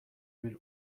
bir